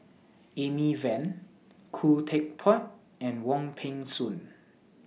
Amy Van Khoo Teck Puat and Wong Peng Soon